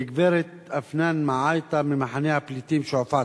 לגברת אפנאן מעאיטה ממחנה הפליטים שועפאט.